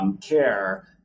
care